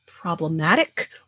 problematic